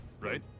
right